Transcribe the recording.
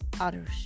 others